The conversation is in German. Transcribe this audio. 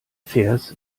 vers